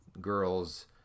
girls